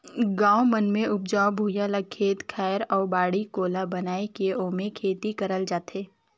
गाँव मन मे उपजऊ भुइयां ल खेत खायर अउ बाड़ी कोला बनाये के ओम्हे खेती करल जाथे